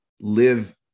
live